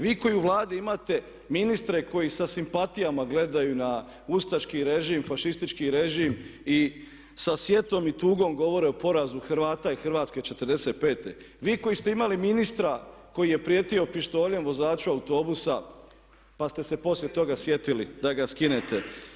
Vi koji u Vladi imate ministre koji sa simpatijama gledaju na ustaški režim, fašistički režim i sa sjetom i tugom govore o porazu Hrvata i Hrvatske 45.-e. Vi koji ste imali ministra koji je prijetio pištoljem vozaču autobusa pa ste se poslije toga sjetili da ga skinete.